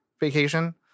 Vacation